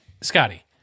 Scotty